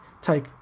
take